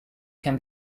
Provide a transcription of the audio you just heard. can